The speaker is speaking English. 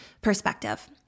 perspective